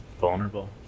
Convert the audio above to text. Vulnerable